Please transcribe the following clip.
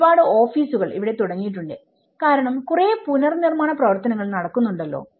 ഒരു പാട് ഓഫീസുകൾ ഇവിടെ തുടങ്ങിയിട്ടുണ്ട്കാരണം കുറേ പുനർനിർമ്മാണ പ്രവർത്തനങ്ങൾ നടക്കുന്നുണ്ടാലോ